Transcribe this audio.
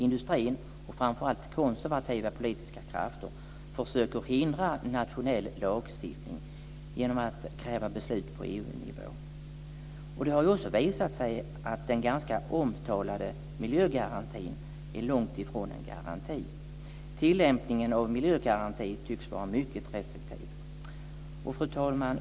Industrin och framför allt konservativa politiska krafter försöker hindra nationell lagstiftning genom att kräva beslut på EU-nivå. Det har också visat sig att den ganska omtalade miljögarantin är långt ifrån en garanti. Tillämpningen av miljögarantin tycks vara mycket restriktiv. Fru talman!